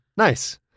Nice